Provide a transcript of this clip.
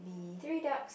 three duck